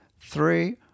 three